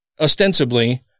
ostensibly